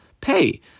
pay